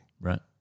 Right